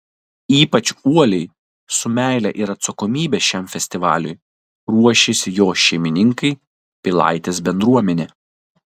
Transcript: ypač uoliai su meile ir atsakomybe šiam festivaliui ruošiasi jo šeimininkai pilaitės bendruomenė